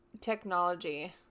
technology